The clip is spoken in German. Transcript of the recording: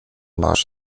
marsch